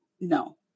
no